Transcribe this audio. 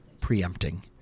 preempting